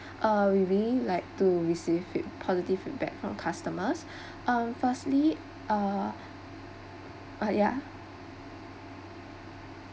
uh we really like to receive feed~ positive feedback from customers uh firstly uh ah yeah